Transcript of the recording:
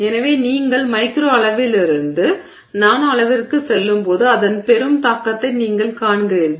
எனவே நீங்கள் மைக்ரோ அளவிலிருந்து நானோ அளவிற்குச் செல்லும்போது அதன் பெரும் தாக்கத்தை நீங்கள் காண்கிறீர்கள்